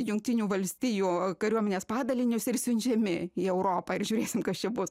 jungtinių valstijų kariuomenės padalinius ir siunčiami į europą ir žiūrėsim kas čia bus